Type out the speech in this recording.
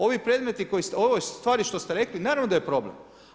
Ovi predmeti koji, ove stvari što ste rekli, naravno da je problem.